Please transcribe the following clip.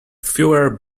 fewer